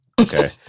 Okay